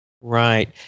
Right